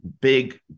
big